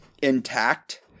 Intact